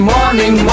Morning